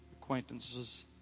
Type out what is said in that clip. acquaintances